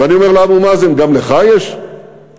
ואני אומר לאבו מאזן: גם לך יש דרישות,